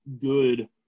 good